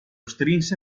strinse